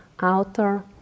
outer